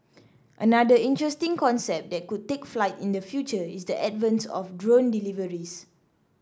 another interesting concept that could take flight in the future is the advent of drone deliveries